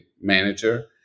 manager